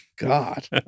God